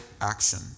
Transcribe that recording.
action